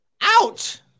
ouch